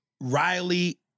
Riley